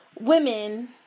Women